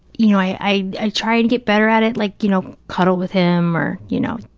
you know, i try to get better at it, like, you know, cuddle with him or, you know,